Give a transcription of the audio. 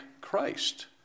Christ